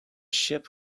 ship